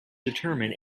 determine